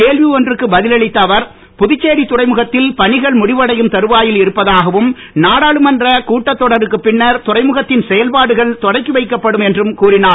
கேள்வி ஒன்றுக்கு பதில் அளித்த அவர் புதுச்சேரி துறைமுகத்தில் பணிகள் முடிவடையும் தறுவாயில் இருப்பதாகவும் நாடாளுமன்றக் கட்டத்தொடருக்குப் பின்னர் துறைமுகத்தின் செயல்பாடுகள் தொடக்கிவைக்கப் படும் என்றும் கூறிஞர்